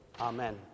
Amen